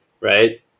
right